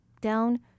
Down